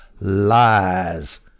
Lies